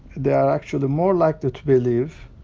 they are actually more likely to believe,